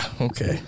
Okay